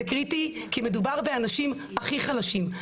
זה קריטי כי מדובר באנשים הכי חלשים,